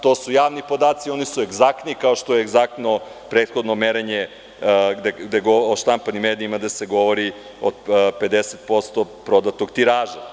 To su javni podaci, oni su egzaktni kao što je egzaktno prethodno merenje o štampanim medijima gde se govori o 50% prodatog tiraža.